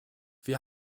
wir